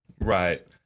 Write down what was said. right